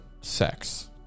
sex